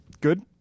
Good